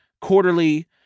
quarterly